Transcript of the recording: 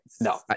No